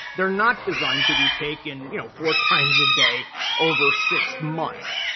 they're not designed to be taken you know four times a day over six months.